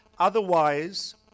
Otherwise